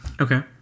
Okay